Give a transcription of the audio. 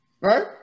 right